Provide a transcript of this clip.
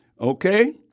okay